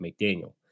McDaniel